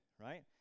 right